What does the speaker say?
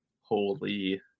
Holy